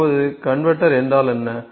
இப்போது கன்வெர்ட்டர் என்றால் என்ன